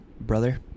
brother